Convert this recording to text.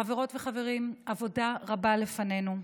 חברות וחברים, עבודה רבה לפנינו.